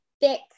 thick